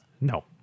No